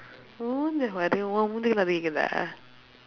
உன் மூஞ்சே பாரு உன் மூஞ்சுக்கு எல்லாம் கேட்குதா:un muunjsukku ellaam keetkuthaa